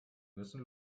müssen